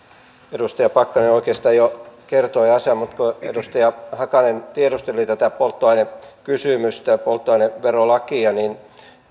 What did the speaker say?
edustaja pakkanen oikeastaan jo kertoi asian mutta kun edustaja hakanen tiedusteli tätä polttoainekysymystä polttoaineverolakia niin